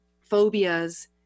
phobias